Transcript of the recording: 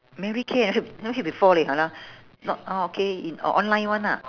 mary kay I hea~ never hear before leh online not orh K in orh online one lah